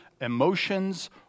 emotions